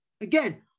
again